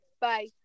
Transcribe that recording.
Bye